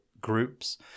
groups